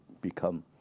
become